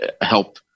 help